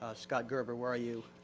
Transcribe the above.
ah scott gerber, where are you?